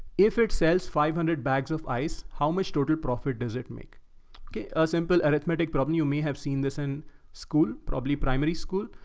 if it sells five hundred bags of ice, how much total profit does it make. a simple arithmetic problem, you may have seen this in school, probably primary school.